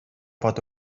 pot